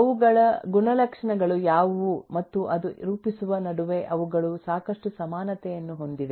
ಅವುಗಳ ಗುಣಲಕ್ಷಣಗಳು ಯಾವುವು ಮತ್ತು ಅದು ರೂಪಿಸುವ ನಡುವೆ ಅವುಗಳು ಸಾಕಷ್ಟು ಸಮಾನತೆಯನ್ನು ಹೊಂದಿವೆ